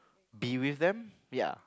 be with them ya